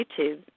YouTube